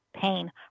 pain